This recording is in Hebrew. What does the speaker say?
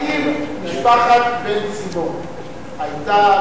האם משפחת בן-סימון היתה,